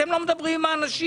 אתם לא מדברים עם האנשים.